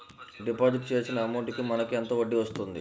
Deposit చేసిన amount కి మనకి ఎంత వడ్డీ వస్తుంది?